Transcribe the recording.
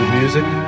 music